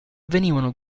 venivano